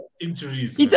Injuries